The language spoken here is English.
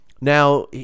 Now